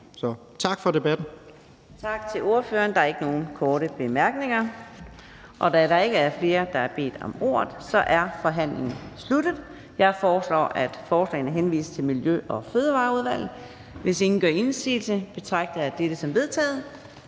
tak for debatten.